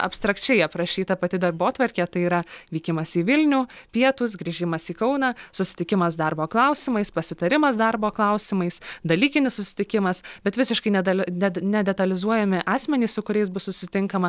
abstrakčiai aprašyta pati darbotvarkė tai yra vykimas į vilnių pietūs grįžimas į kauną susitikimas darbo klausimais pasitarimas darbo klausimais dalykinis susitikimas bet visiškai nedel nedetalizuojami asmenys su kuriais bus susitinkama